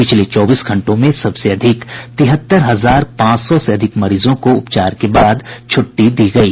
पिछले चौबीस घंटों में सबसे अधिक तिहत्तर हजार पांच सौ से अधिक मरीजों को उपचार के बाद छुट्टी दी गयी